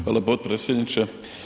Hvala potpredsjedniče.